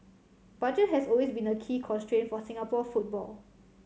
budget has always been a key constraint for Singapore football